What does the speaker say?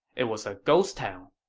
it was a ghost town.